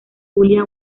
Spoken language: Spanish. julia